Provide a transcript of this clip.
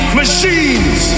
machines